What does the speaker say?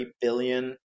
billion